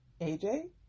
AJ